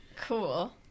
Cool